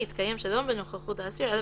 יתקיים שלא בנוכחות האסיר אלא